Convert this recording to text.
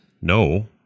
no